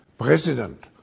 President